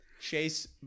chase